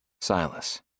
Silas